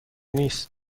نیست